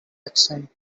accent